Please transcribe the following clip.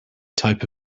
type